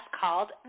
called